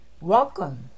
Welcome